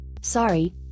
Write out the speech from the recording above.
Sorry